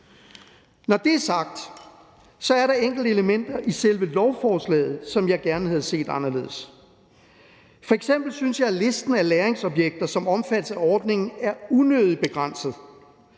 Når det er sagt, er der enkelte elementer i selve lovforslaget, som jeg gerne havde set anderledes. F.eks. synes jeg, at listen over lagringsobjekter, som omfattes af ordningen, er unødigt begrænset.